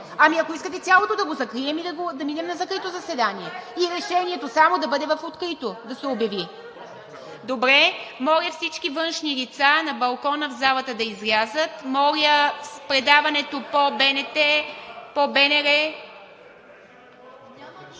Ами ако искате цялото да го закрием и да минем на закрито заседанието и решението само да бъде в открито – да се обяви. Добре. Моля, всички външни лица на балкона и в залата да излязат. Моля, предаването на БНТ, БНР…